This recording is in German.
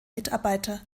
mitarbeiter